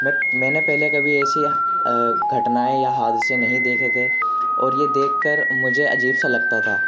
but میں نے پہلے کبھی ایسی گھٹنائیں یا حادثے نہیں دیکھے تھے اور یہ دیکھ کر مجھے عجیب سا لگتا تھا